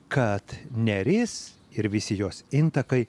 kad neris ir visi jos intakai